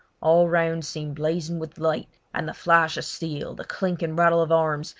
all around seemed blazing with light, and the flash of steel, the clink and rattle of arms,